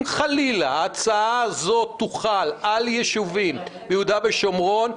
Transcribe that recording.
אם חלילה ההצעה הזו תוחל על יישובים ביהודה ושומרון,